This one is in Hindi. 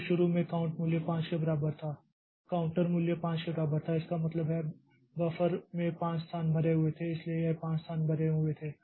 तो शुरू में काउंट मूल्य 5 के बराबर था काउंटर मूल्य 5 के बराबर था इसका मतलब है बफर में 5 स्थान भरे हुए थे इसलिए यह 5 स्थान भरे हुए थे